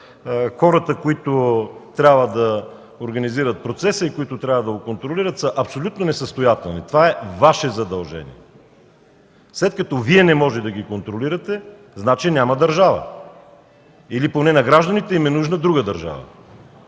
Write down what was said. хората, които трябва да организират процеса и които трябва да го контролират, са абсолютно несъстоятелни. Това е Ваше задължение. След като Вие не можете да ги контролирате, значи няма държава, или поне на гражданите им е нужна друга държава.